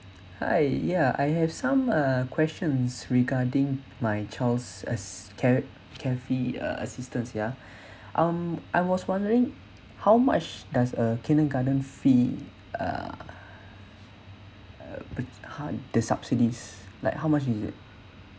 hi ya I have some uh questions regarding my child's uh care care fee uh assistance ya um I was wondering how much does uh kindergarten free uh the subsidies like how much is it